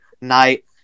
night